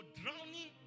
drowning